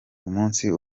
umusi